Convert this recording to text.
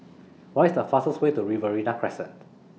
What IS The fastest Way to Riverina Crescent